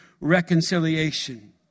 reconciliation